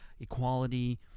equality